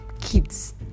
kids